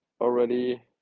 already